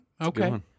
Okay